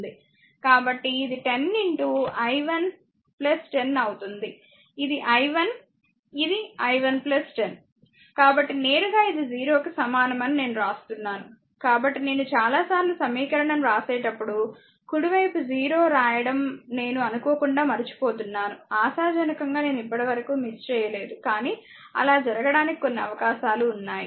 కాబట్టి ఇది 10 i 1 10 అవుతుంది ఇది i 1 ఇది i1 10 కాబట్టి నేరుగా ఇది 0 కు సమానం అని నేను వ్రాస్తున్నాను కాబట్టి నేను చాలాసార్లు సమీకరణం వ్రాసేటప్పుడు కుడివైపు 0 రాయడం నేను అనుకోకుండా మరచిపోతున్నాను ఆశాజనకంగా నేను ఇప్పటి వరకు మిస్ చేయలేదుకానీ అలా జరగడానికి కొన్ని అవకాశాలు ఉన్నాయి